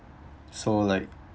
so like